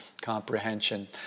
comprehension